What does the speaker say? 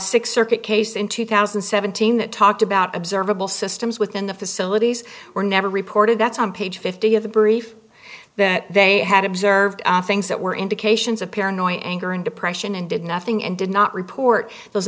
x circuit case in two thousand and seventeen that talked about observable systems within the facilities were never reported that's on page fifty of the brief that they had observed things that were indications of paranoia anger and depression and did nothing and did not report those